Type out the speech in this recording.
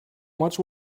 much